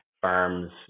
firms